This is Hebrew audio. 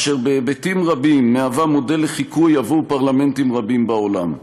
אשר בהיבטים רבים מהווה מודל לחיקוי עבור פרלמנטים רבים בעולם.